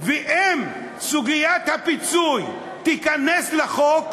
ואם סוגיית הפיצוי תיכנס לחוק,